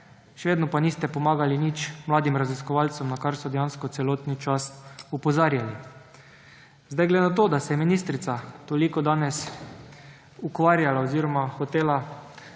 Še vedno pa niste pomagali nič mladim raziskovalcem, na kar so dejansko celoten čas opozarjali. Glede na to, da se je ministrica toliko danes ukvarjala oziroma je hotela